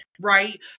right